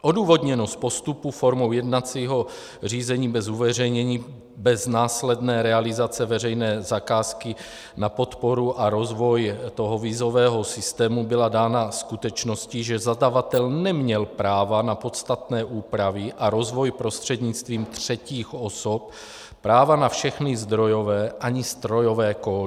Odůvodněnost postupu formou jednacího řízení bez uveřejnění bez následné realizace veřejné zakázky na podporu a rozvoj vízového systému byla dána skutečností, že zadavatel neměl práva na podstatné úpravy a rozvoj prostřednictvím třetích osob, práva na všechny zdrojové ani strojové kódy.